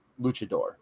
luchador